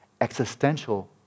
existential